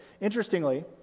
Interestingly